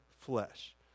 flesh